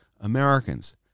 Americans